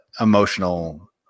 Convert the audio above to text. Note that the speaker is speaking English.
emotional